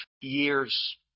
years